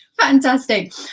Fantastic